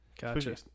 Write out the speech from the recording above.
gotcha